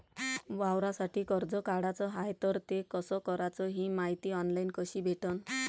वावरासाठी कर्ज काढाचं हाय तर ते कस कराच ही मायती ऑनलाईन कसी भेटन?